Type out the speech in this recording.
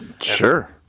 Sure